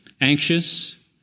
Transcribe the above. anxious